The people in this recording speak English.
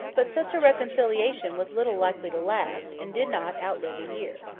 but such a reconciliation was little likely to last, and did not outlive a year.